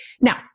now